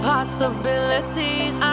Possibilities